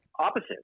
opposite